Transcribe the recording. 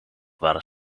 waren